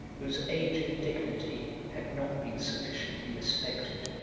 whose age and dignity had not been sufficiently respected.